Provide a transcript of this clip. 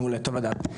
מעולה, טוב לדעת.